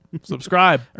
subscribe